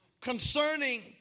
concerning